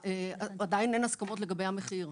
ועדיין אין הסכמות לגבי המחיר.